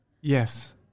Yes